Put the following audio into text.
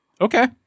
Okay